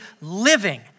living